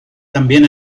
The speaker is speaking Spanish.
también